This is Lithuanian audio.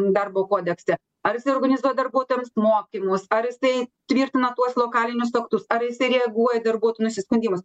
darbo kodekse ar jisai organizuoja darbuotojams mokymus ar jisai tvirtina tuos lokalinius aktus ar jisai reaguoja į darbuotojų nusiskundimus